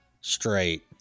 straight